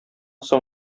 соң